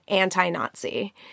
anti-Nazi